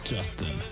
Justin